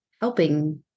helping